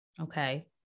Okay